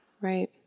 Right